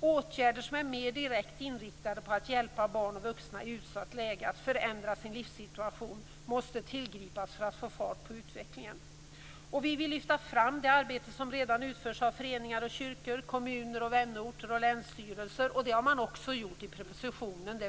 Åtgärder som är mer direkt inriktade på att hjälpa barn och vuxna i utsatt läge att förändra sin livssituation måste tillgripas för att få fart på utvecklingen. Vi vill lyfta fram det arbete som redan utförs av föreningar och kyrkor, kommuner, vänorter och länsstyrelser. Det har också skett i propositionen.